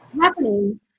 happening